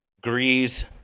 Grease